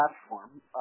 platform